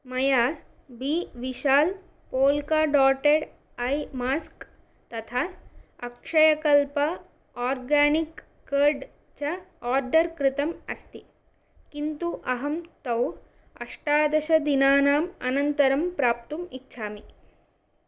मया B Vishal polka dotted eye mask तथा Akshayakalpa organic curd च आर्डर् कृतम् अस्ति किन्तु अहं तौ अष्टादशदिनानाम् अनन्तरं प्राप्तुम् इच्छामि